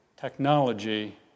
Technology